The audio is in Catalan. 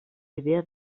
idea